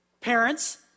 Parents